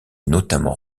notamment